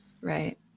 Right